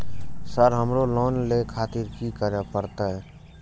Sir हमरो loan ले खातिर की करें परतें?